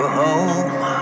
home